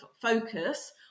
focus